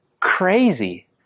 crazy